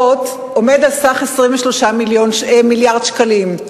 על 23 מיליארד שקלים.